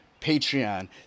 patreon